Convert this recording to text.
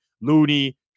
Looney